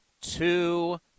two